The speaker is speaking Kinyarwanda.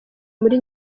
muri